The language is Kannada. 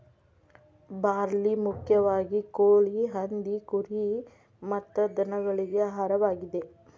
ಬಾರ್ಲಿ ಮುಖ್ಯವಾಗಿ ಕೋಳಿ, ಹಂದಿ, ಕುರಿ ಮತ್ತ ದನಗಳಿಗೆ ಆಹಾರವಾಗಿದೆ